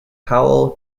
powell